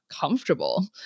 comfortable